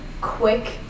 quick